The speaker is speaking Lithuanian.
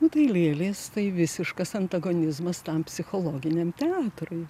nu tai lėlės tai visiškas antagonizmas tam psichologiniam teatrui